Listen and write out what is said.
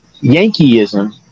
Yankeeism